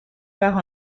par